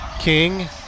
King